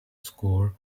score